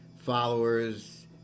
Followers